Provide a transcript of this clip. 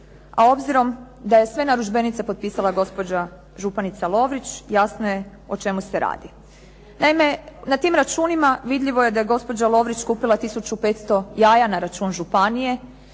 A obzirom da je sve narudžbenice potpisala gospođa županica Lovrić jasno je o čemu se radi. Naime, na tim računima vidljivo je da je gospođa Lovrić kupila 1500 jaja na račun županije,